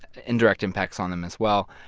indirect impacts, on them as well.